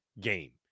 game